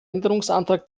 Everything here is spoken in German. änderungsantrag